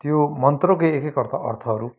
त्यो मन्त्रको एक एक अर्थ अर्थहरू